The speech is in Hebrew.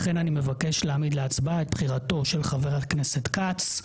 לכן אני מבקש להעמיד להצבעה את בחירתו של חבר הכנסת כץ.